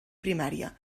primària